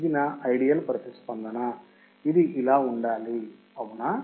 ఇది నా ఐడియల్ ప్రతిస్పందన ఇది ఇలా ఉండాలి అవునా